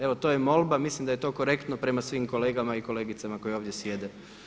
Evo to je molba, mislim da je to korektno prema svim kolegama i kolegicama koji ovdje sjede.